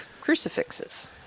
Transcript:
crucifixes